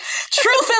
Truth